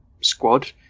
squad